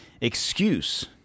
excuse